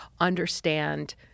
understand